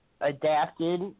adapted